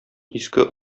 иске